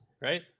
right